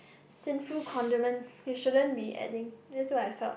sinful condiment you shouldn't be adding that's what I felt